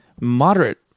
moderate